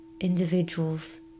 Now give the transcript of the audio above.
individuals